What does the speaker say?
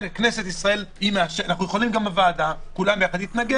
יכולים גם בוועדה להתנגד.